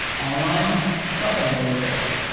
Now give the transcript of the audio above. online shopping, i believe it is.